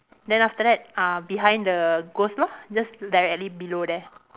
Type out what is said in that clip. then after that uh behind the ghost lor just directly below there